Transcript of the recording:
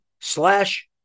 slash